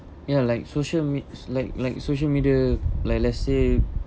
ya like social med~ like like social media like let's say